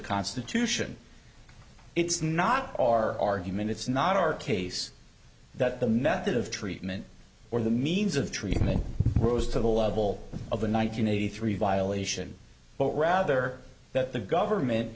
constitution it's not our argument it's not our case that the method of treatment or the means of treatment rose to the level of a one nine hundred eighty three violation but rather that the government